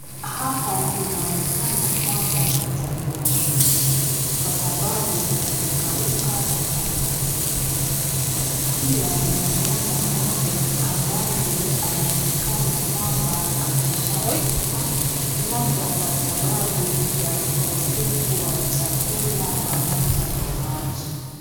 Hapa inaonekana kwamba ni jangwani, Kwa sababu kumekauka sana. Pia ninamuona ngombe ambaye anaonekana kwamba ameshaa kufa labda kwasababu kwa ukosefu wa chakula pamoja na maji.